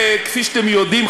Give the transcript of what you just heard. כפי שאתם יודעים,